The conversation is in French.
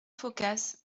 phocas